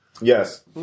Yes